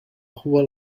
rua